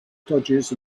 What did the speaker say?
dodges